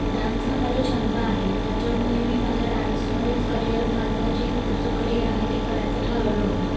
dance हा माझा छंद आहे त्याच्यामुळे मी माझ्या डान्समध्येच करियर माझं जे पुढचं करियर आहे ते करायचं ठरवलं होतं